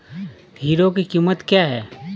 Hero की कीमत क्या है?